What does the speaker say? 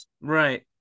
Right